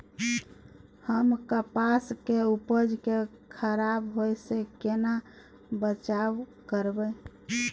हम कपास के उपज के खराब होय से केना बचाव करबै?